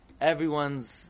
everyone's